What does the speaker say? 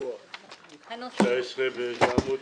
--- באיזה עמוד?